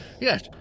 Yes